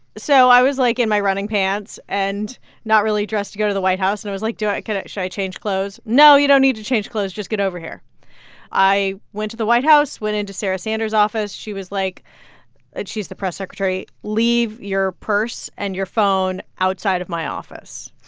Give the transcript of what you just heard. so i was, like, in my running pants and not really dressed to go to the white house. and i was like, kind of should i change clothes? no, you don't need to change clothes. just get over here i went to the white house, went into sarah sanders' office. she was like and she's the press secretary leave your purse and your phone outside of my office.